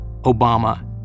Obama